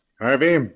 Harvey